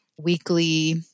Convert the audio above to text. weekly